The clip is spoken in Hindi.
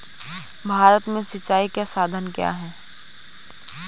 भारत में सिंचाई के साधन क्या है?